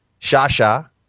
Shasha